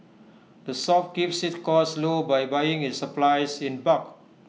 the shop keeps its costs low by buying its supplies in bulk